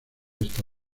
esta